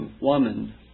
woman